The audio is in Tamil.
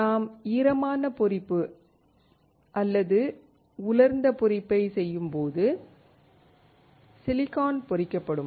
நாம் ஈரமான பொறிப்பு அல்லது உலர்ந்த பொறிப்பைச் செய்யும்போது சிலிக்கான் பொறிக்கப்படும்